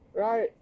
right